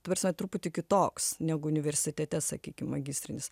ta prasme truputį kitoks negu universitete sakykim magistrinis